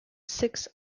six